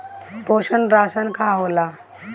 पोषण राशन का होला?